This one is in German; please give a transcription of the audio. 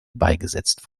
beigesetzt